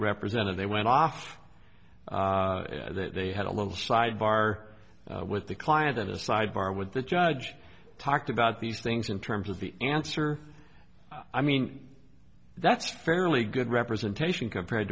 represented they went off that they had a little sidebar with the client and a sidebar with the judge talked about these things in terms of the answer i mean that's fairly good representation compared